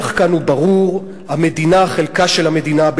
הלקח כאן ברור: חלקה של המדינה,